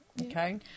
Okay